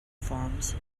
forms